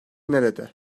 nerede